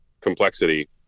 complexity